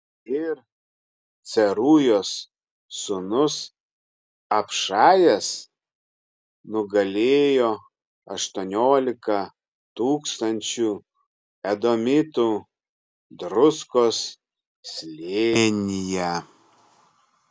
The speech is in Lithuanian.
ir cerujos sūnus abšajas nugalėjo aštuoniolika tūkstančių edomitų druskos slėnyje